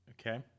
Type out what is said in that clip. okay